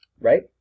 right